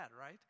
right